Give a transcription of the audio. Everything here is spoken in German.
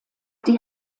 die